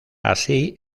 así